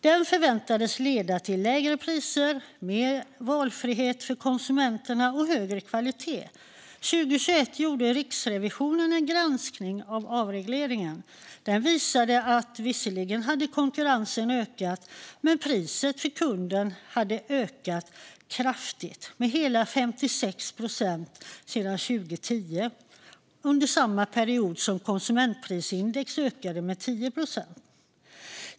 Den förväntades leda till lägre priser, mer valfrihet för konsumenterna och högre kvalitet. Riksrevisionen gjorde 2021 en granskning av avregleringen. Den visade att konkurrensen visserligen hade ökat men att priset för kunden också hade ökat kraftigt, med hela 56 procent sedan 2010. Under samma period ökade konsumentprisindex med 10 procent.